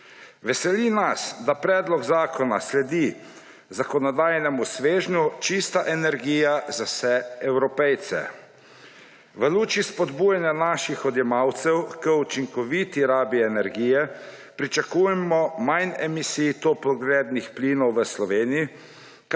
Veseli nas, da predlog zakona sledi zakonodajnemu svežnju Čista energija za vse Evropejce. V luči spodbujanja naših odjemalcev k učinkoviti rabi energije pričakujemo manj emisij toplogrednih plinov v Sloveniji,